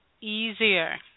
easier